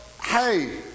hey